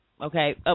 Okay